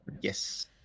Yes